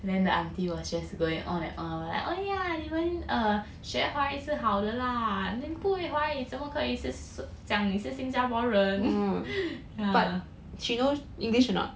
then the auntie was just going on and on like oh yeah 你们 err 学华语是好的 lah then 不会华语这么可以是讲你是新加坡人 yeah